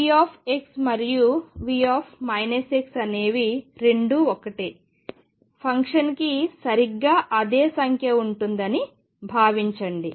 V మరియు V అనేవి రెండూ ఒకటే ఫంక్షన్కి సరిగ్గా అదే సంఖ్య ఉంటుందని భావించండి